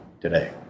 today